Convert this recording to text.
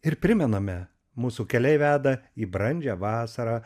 ir primename mūsų keliai veda į brandžią vasarą